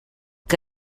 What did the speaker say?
que